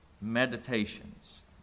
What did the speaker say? meditations